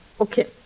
okay